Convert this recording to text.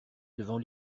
devant